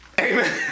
Amen